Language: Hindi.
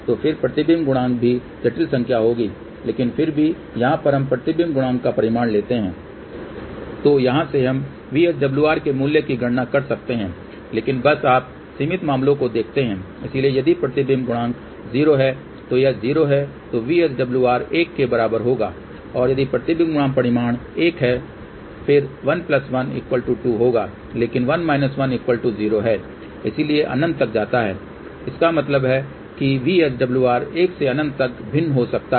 तो फिर प्रतिबिंब गुणांक भी जटिल संख्या होगी लेकिन फिर भी यहाँ पर हम प्रतिबिंब गुणांक का परिमाण लेते हैं तो यहां से हम VSWR के मूल्य की गणना कर सकते हैं लेकिन बस आप सीमित मामलों को देखते हैं इसलिए यदि प्रतिबिंब गुणांक है और यह 0 है तो VSWR 1 के बराबर होगा और यदि प्रतिबिंब गुणांक परिमाण 1 है फिर 1 1 2 होगा लेकिन 1 1 0 है इसलिए अनंत तक जाता है इसका मतलब है कि VSWR 1 से अनंत तक भिन्न हो सकता है